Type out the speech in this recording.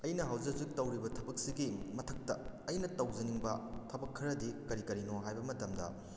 ꯑꯩꯅ ꯍꯧꯖꯤꯛ ꯍꯧꯖꯤꯛ ꯇꯧꯔꯤꯕ ꯊꯕꯛꯁꯤꯒꯤ ꯃꯊꯛꯇ ꯑꯩꯅ ꯇꯧꯖꯅꯤꯡꯕ ꯊꯕꯛ ꯈꯔꯗꯤ ꯀꯔꯤ ꯀꯔꯤꯅꯣ ꯍꯥꯏꯕ ꯃꯇꯝꯗ